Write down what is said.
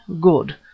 Good